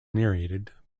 narrated